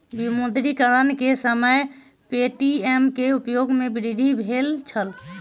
विमुद्रीकरण के समय पे.टी.एम के उपयोग में वृद्धि भेल छल